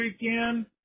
weekend